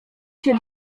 się